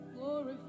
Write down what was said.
Glorify